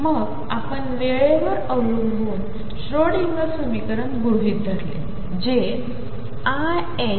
मगआपणवेळेवरअवलंबूनश्रोडिंगरसमीकरणगृहीतधरले जे iℏ∂ψ∂tH